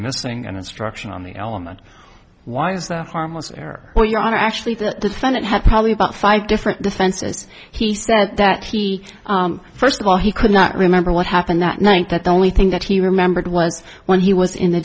missing an instruction on the element why is that harmless error or your honor actually the defendant had probably about five different defenses he said that he first of all he could not remember what happened that night that the only thing that he remembered was when he was in the